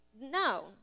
No